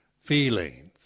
feelings